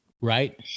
right